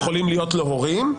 יכולים להיות לו הורים.